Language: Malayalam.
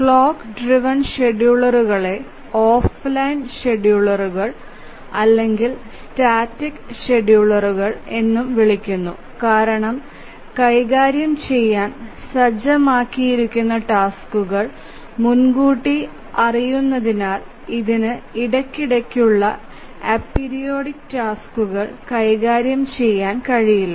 ക്ലോക്ക് ഡ്രൈവ്എൻ ഷെഡ്യൂളറുകളെ ഓഫ്ലൈൻ ഷെഡ്യൂളറുകൾ അല്ലെങ്കിൽ സ്റ്റാറ്റിക് ഷെഡ്യൂളറുകൾ എന്നും വിളിക്കുന്നു കാരണം കൈകാര്യം ചെയ്യാൻ സജ്ജമാക്കിയിരിക്കുന്ന ടാസ്ക്കുകൾ മുൻകൂട്ടി അറിയുന്നതിനാൽ ഇതിന് ഇടയ്ക്കിടെയുള്ള അപ്പെരിയോഡിക് ടാസ്ക്കുകൾ കൈകാര്യം ചെയ്യാൻ കഴിയില്ല